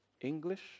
English